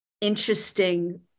interesting